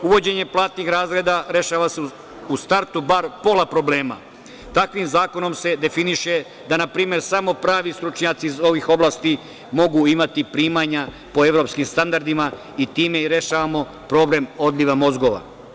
Uvođenjem platnih razreda rešava se u startu bar pola problema. takvim zakonom se definiše da, na primer, samo pravi stručnjaci iz ovih oblasti mogu imati primanja po evropskim standardima i time rešavamo problem odliva mozgova.